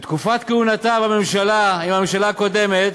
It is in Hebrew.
בתקופת כהונתה בממשלה, בממשלה הקודמת,